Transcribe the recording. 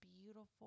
beautiful